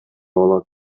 болот